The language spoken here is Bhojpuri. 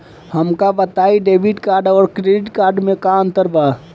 हमका बताई डेबिट कार्ड और क्रेडिट कार्ड में का अंतर बा?